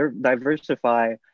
diversify